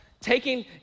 taking